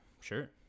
Sure